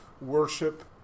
worship